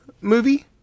movie